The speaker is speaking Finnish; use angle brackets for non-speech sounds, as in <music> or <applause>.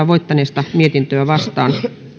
<unintelligible> voittaneesta mietintöä vastaan